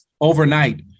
overnight